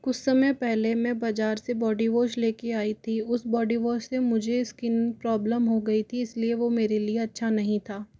कुछ समय पहले मैं बाज़ार से बॉडी वॉश लेकर आई थी उस बॉडी वॉश से मुझे स्किन प्रॉब्लम हो गई थी इसलिए वह मेरे लिए अच्छा नहीं था